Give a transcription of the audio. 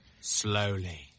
Slowly